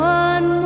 one